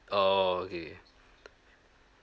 oh okay